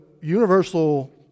universal